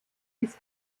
ist